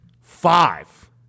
Five